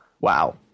wow